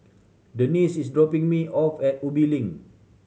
Denise is dropping me off at Ubi Link